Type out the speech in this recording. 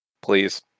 please